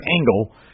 Angle